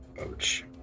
Ouch